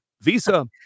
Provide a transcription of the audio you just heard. visa